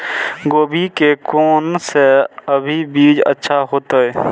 गोभी के कोन से अभी बीज अच्छा होते?